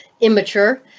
immature